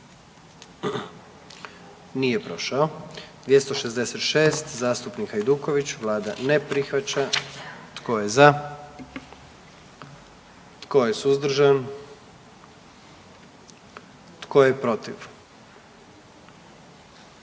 44. Kluba zastupnika SDP-a, vlada ne prihvaća. Tko je za? Tko je suzdržan? Tko je protiv?